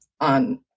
on